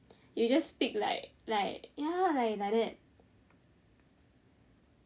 you just speak like like ya like like that